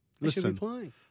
Listen